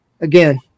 again